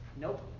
Nope